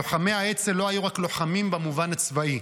לוחמי האצ"ל לא היו רק לוחמים במובן הצבאי,